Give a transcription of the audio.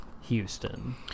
Houston